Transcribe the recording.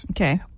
Okay